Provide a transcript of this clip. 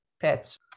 pets